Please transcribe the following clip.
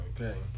Okay